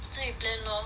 so you plan lor